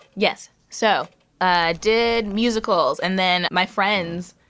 yes, so i did musicals. and then my friends,